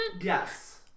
Yes